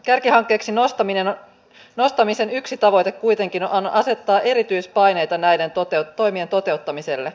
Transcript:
kärkihankkeeksi nostamisen yksi tavoite kuitenkin on asettaa erityispaineita näiden toimien toteuttamiselle